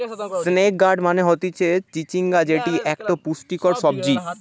snake gourd মানে হতিছে চিচিঙ্গা যেটি একটো পুষ্টিকর সবজি